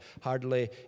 hardly